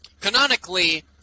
Canonically